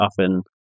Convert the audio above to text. often